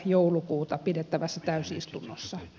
joulukuuta pidettävässä täysistunnossa